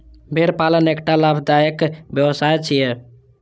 भेड़ पालन एकटा लाभदायक व्यवसाय छियै